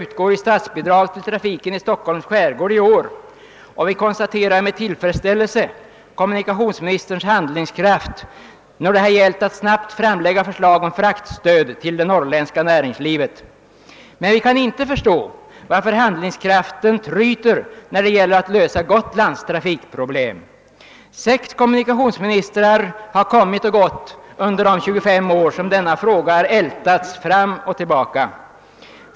utgår i statsbidrag till trafiken i Stockholms skärgård i år, och vi konstaterar med tillfredsställelse kommunikationsministerns handlingskraft då det gällt att snabbt framlägga förslag om fraktstöd till det norrländska näringslivet. Vi kan emellertid inte förstå varför handlingskraften tryter då det gäller att lösa Gotlands trafikproblem. Sex kommunikationsministrar har kommit och gått under de 25 år som denna fråga har ältats fram och tillbaka.